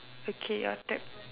okay your turn